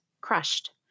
crushed